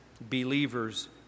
believers